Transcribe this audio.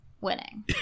winning